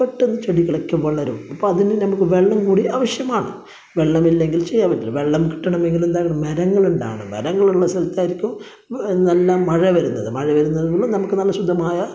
പെട്ടെന്ന് ചെടികളൊക്കെ വളരും അപ്പോൾ അതിനായി നമുക്ക് വെള്ളം കൂടി ആവശ്യമാണ് വെള്ളമില്ലെങ്കില് ചെയ്യാന് പറ്റില്ല വെള്ളം കിട്ടണമെങ്കില് എന്താണ് മരങ്ങള് ഉണ്ടാവണം മരങ്ങള് ഉള്ള സ്ഥലത്തായിരിക്കും നല്ല മഴ വരുന്നത് മഴ വരുന്നത് മൂലം നമുക്ക് നല്ല ശുദ്ധമായ